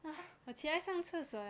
!huh!